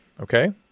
okay